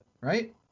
right